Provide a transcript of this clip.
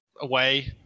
away